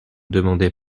demandait